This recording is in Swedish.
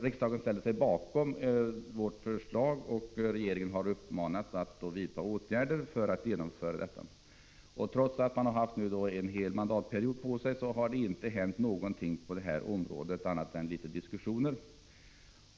Riksdagen ställde sig bakom vårt förslag, och regeringen har uppmanats att vidta åtgärder för att genomföra detta. Trots att regeringen har haft en hel mandatperiod på sig, har det inte hänt någonting på detta område, förutom att det har förts några diskussioner.